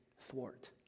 thwart